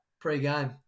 pre-game